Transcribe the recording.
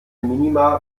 minima